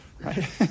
right